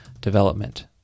development